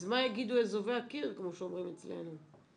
אז מה יגידו אזובי הקיר, כמו שאומרים אצלנו,